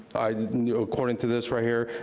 according to this right here,